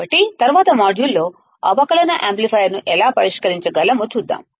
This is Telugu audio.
కాబట్టి తరువాతి మాడ్యూల్లో అవకలన యాంప్లిఫైయర్ను ఎలా పరిష్కరించగలమో చూద్దాం